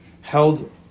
held